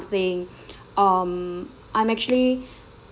something um I'm actually